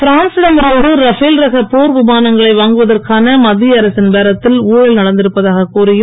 பிரான்சி டம் இருந்து ரஃபேல் ரக போர் விமானங்களை வாங்குவதற்கான மத்திய அரசின் பேரத்தில் ஊழல் நடந்திருப்பதாகக் கூறியும்